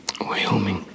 Wyoming